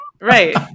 Right